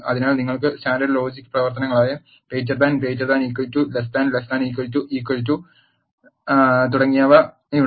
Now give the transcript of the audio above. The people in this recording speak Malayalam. അതിനാൽ ഞങ്ങൾക്ക് സ്റ്റാൻഡേർഡ് ലോജിക്കൽ പ്രവർത്തനങ്ങളായ തുടങ്ങിയവയുണ്ട്